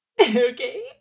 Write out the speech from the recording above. okay